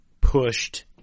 pushed –